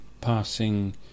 passing